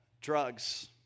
drugs